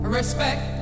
Respect